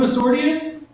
ah sortie is?